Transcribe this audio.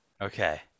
Okay